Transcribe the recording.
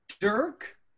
Dirk